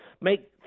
make